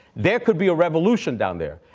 there could be a revolution down there.